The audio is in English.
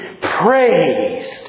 praised